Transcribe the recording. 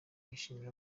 yashimiye